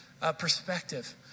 perspective